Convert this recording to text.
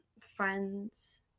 friends